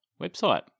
website